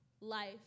life